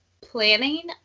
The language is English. planning